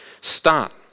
start